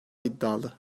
iddialı